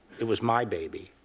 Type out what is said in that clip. it was my baby,